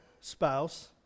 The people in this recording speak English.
spouse